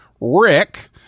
Rick